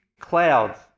clouds